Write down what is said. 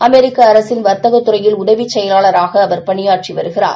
அமெரிக்கஅரசில்வர்த்தகதுறையில்உதவிசெயலாளராகஅவர் பணியாற்றிவருகிறார்